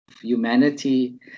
humanity